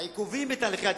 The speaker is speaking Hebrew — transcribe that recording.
העיכובים בתהליכי התכנון,